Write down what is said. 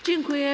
Dziękuję.